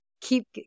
keep